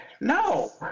No